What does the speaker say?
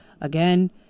again